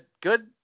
good